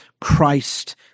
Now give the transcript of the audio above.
Christ